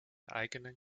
eigenen